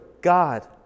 God